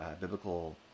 biblical